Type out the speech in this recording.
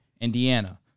Indiana